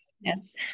yes